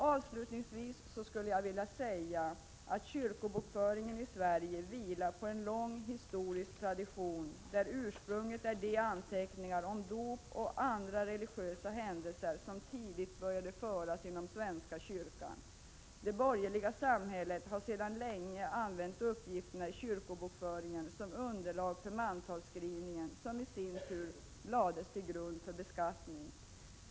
Avslutningsvis skulle jag vilja säga att kyrkobokföringen i Sverige vilar på en lång historisk tradition, där ursprunget är de anteckningar om dop och andra religiösa händelser som tidigt började föras inom svenska kyrkan. Det borgerliga samhället har sedan länge använt uppgifterna i kyrkobokföringen som underlag för mantalsskrivningen, som i sin tur lades till grund för beskattning.